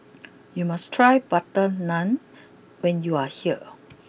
you must try Butter Naan when you are here